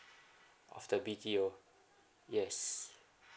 after B_T_O yes